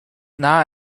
not